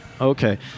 Okay